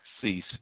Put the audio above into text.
cease